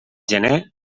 gener